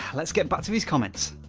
let's get back to these comments.